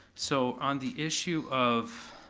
so on the issue of,